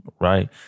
Right